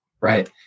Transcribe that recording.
Right